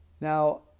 now